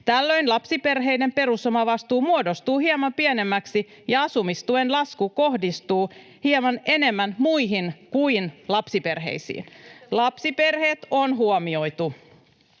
Tällöin lapsiperheiden perusomavastuu muodostuu hieman pienemmäksi ja asumistuen lasku kohdistuu hieman enemmän muihin kuin lapsiperheisiin.” Lapsiperheet on huomioitu.